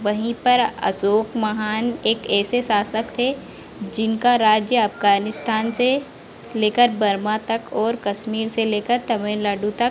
वहीं पर अशोक महान एक ऐसे शासक थे जिनका राज्य अफगानिस्तान से लेकर बर्मा तक ओर कश्मीर से लेकर तमिलनाडु तक